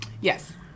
Yes